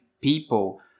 people